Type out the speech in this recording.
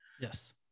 Yes